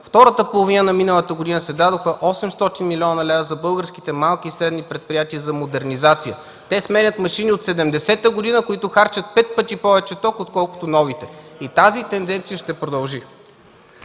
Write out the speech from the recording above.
Втората половина на миналата година се дадоха 800 млн. лв. за българските малки и средни предприятия за модернизация. Те сменят машини от 1970 г., които харчат пет пъти повече ток, отколкото новите. Тази тенденция ще продължи.